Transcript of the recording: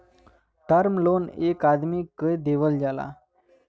term loan एक आदमी के देवल जाला